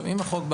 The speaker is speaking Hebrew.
אם החוק,